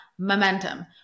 Momentum